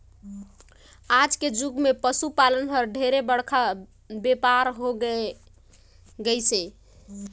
आज के जुग मे पसु पालन हर ढेरे बड़का बेपार हो होय गईस हे